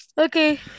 Okay